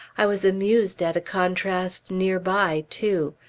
i was amused at a contrast near by, too.